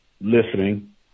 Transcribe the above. listening